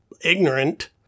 ignorant